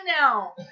now